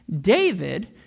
David